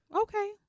Okay